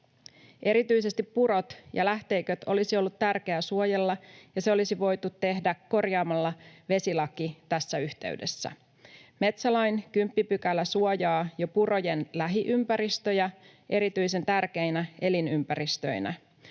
Erityisesti purot ja lähteiköt olisi ollut tärkeää suojella, ja se olisi voitu tehdä korjaamalla vesilaki tässä yhteydessä. Metsälain kymppipykälä suojaa jo purojen lähiympäristöjä erityisen tärkeinä elinympäristöinä,